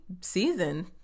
season